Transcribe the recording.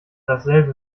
dasselbe